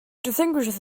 distinguishes